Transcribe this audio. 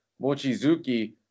Mochizuki